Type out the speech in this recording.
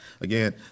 Again